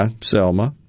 Selma